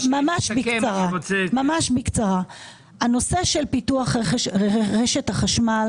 הנושא של פיתוח רשת החשמל